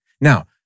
Now